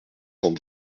cent